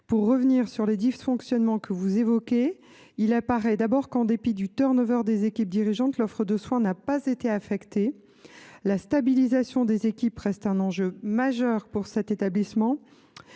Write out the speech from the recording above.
Pour revenir sur les dysfonctionnements que vous évoquez, il apparaît tout d’abord que, en dépit du turnover des équipes dirigeantes, l’offre de soins n’a pas été affectée. La stabilisation des équipes reste un enjeu majeur pour cet établissement,